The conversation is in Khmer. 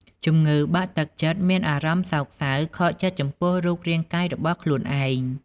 ជំងឺបាក់ទឹកចិត្តមានអារម្មណ៍សោកសៅ ខកចិត្តចំពោះរូបរាងកាយរបស់ខ្លួនឯង។